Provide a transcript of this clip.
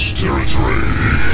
territory